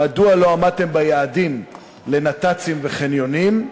2. מדוע לא עמדתם ביעדים לנת"צים וחניונים?